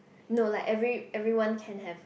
no like every everyone can have